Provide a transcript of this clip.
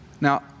Now